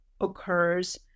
occurs